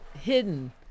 hidden